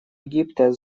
египта